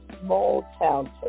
small-town